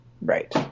Right